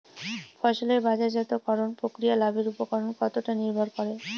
ফসলের বাজারজাত করণ প্রক্রিয়া লাভের উপর কতটা নির্ভর করে?